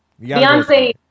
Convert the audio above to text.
Beyonce